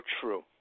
true